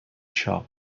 شاپ